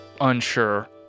unsure